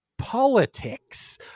Politics